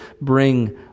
bring